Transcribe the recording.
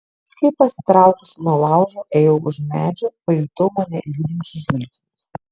bet kai pasitraukusi nuo laužo ėjau už medžių pajutau mane lydinčius žvilgsnius